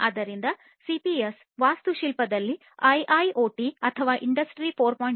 ಆದ್ದರಿಂದ ಸಿಪಿಎಸ್ ನ ವಾಸ್ತುಶಿಲ್ಪದಲ್ಲಿ ಐಐಒಟಿ ಅಥವಾ ಇಂಡಸ್ಟ್ರಿ 4